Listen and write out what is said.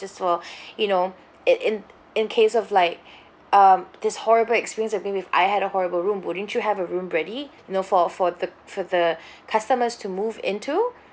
for so you know it in in case of like um this horrible experience I've been with I had a horrible room wouldn't you have a room ready you know for for the for the customers to move in to you know